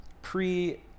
Pre